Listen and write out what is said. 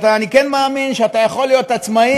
ואני מאמין שאתה כן יכול להיות עצמאי,